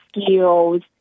skills